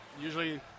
usually